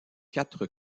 quatre